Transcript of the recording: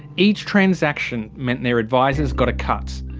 each transaction meant their advisers got a cut.